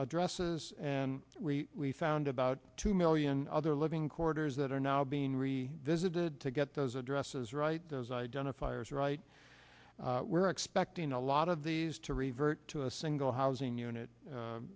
addresses and we found about two million other living quarters that are now being really visited to get those addresses right those identifiers right we're expecting a lot of these to revert to a single housing unit